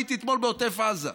הייתי אתמול בעוטף עזה,